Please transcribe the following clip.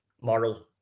moral